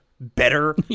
better